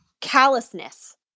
callousness